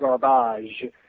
garbage